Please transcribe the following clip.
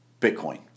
Bitcoin